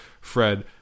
Fred